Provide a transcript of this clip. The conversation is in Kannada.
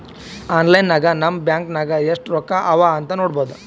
ಆನ್ಲೈನ್ ನಾಗ್ ನಮ್ ಬ್ಯಾಂಕ್ ನಾಗ್ ಎಸ್ಟ್ ರೊಕ್ಕಾ ಅವಾ ಅಂತ್ ನೋಡ್ಬೋದ